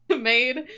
made